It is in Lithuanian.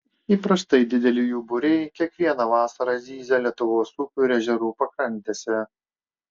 įprastai dideli jų būriai kiekvieną vasarą zyzia lietuvos upių ir ežerų pakrantėse